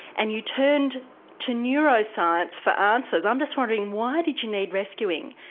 and you turned to neuroscience for answers. i'm just wondering, why did you need rescuing.